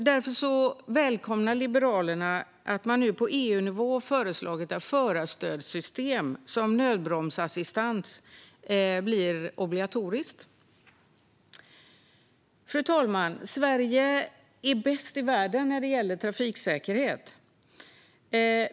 Därför välkomnar Liberalerna att man nu på EU-nivå föreslagit att förarstödsystem som nödbromsassistans blir obligatoriskt. Fru talman! Sverige är bäst i världen när det gäller trafiksäkerhet.